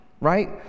Right